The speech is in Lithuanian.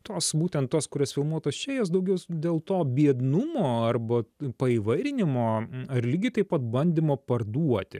tos būtent tos kurios filmuotos čia jos daugiau dėl to biednumo arba paįvairinimo ar lygiai taip pat bandymo parduoti